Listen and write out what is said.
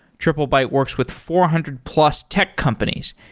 triplebyte works with four hundred plus tech companies,